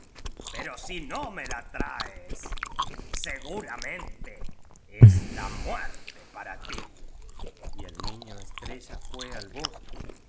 pero si no me la traes seguramente es la muerte para ti y el niño estrella fue al bosque